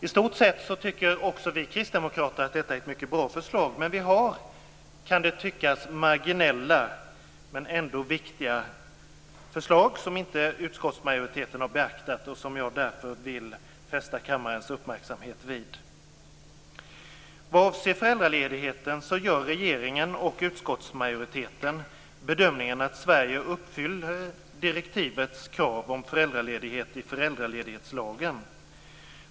I stort sett tycker också vi kristdemokrater att detta är ett mycket bra förslag, men vi har - som det kan tyckas - marginella men ändå viktiga förslag, som utskottsmajoriteten inte har beaktat och som jag därför vill fästa kammarens uppmärksamhet på. Vad avser föräldraledighet gör regeringen och utskottsmajoriteten bedömningen att Sverige uppfyller direktivets krav på föräldraledighet i föräldraledighetslagen.